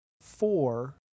four